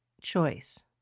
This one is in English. choice